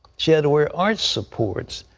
she had to wear arch supports.